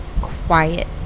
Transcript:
quiet